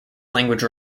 language